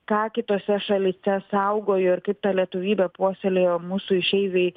ką kitose šalyse saugojo ir kaip tą lietuvybę puoselėjo mūsų išeiviai